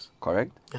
correct